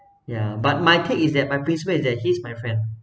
ya but my take is that my principle is that he's my friend